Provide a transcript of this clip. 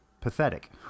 pathetic